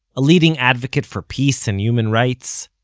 a leading advocate for peace and human rights,